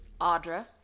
Audra